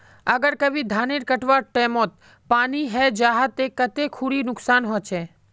अगर कभी धानेर कटवार टैमोत पानी है जहा ते कते खुरी नुकसान होचए?